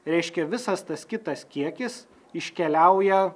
reiškia visas tas kitas kiekis iškeliauja